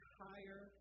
higher